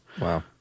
Wow